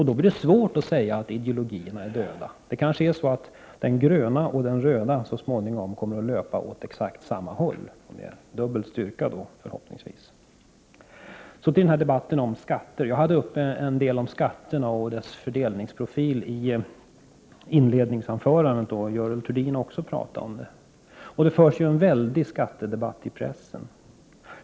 Då blir det svårt att hävda att ideologierna är döda. Det kanske är så att den gröna och den röda ideologin så småningom löper åt exakt samma håll — med dubbel styrka, förhoppningsvis. Så till debatten om skatter. Jag hade med en del om skatterna och deras fördelningsprofil i mitt inledningsanförande. Görel Thurdin har också varit inne på detta. Det förs ju en väldig skattedebatt i pressen.